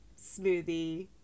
smoothie